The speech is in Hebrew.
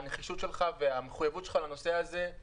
הנחישות שלך והמחויבות שלך לנושא הזה היא